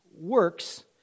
works